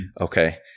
Okay